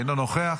אינו נוכח,